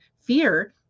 fear